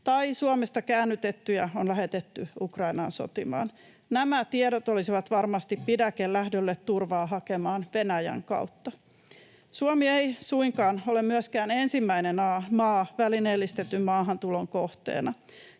tai Suomesta käännytettyjä on lähetetty Ukrainaan sotimaan. Nämä tiedot olisivat varmasti pidäke lähdölle turvaa hakemaan Venäjän kautta. Suomi ei suinkaan ole myöskään ensimmäinen maa välineellistetyn maahantulon kohteena.